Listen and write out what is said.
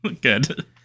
good